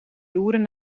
loeren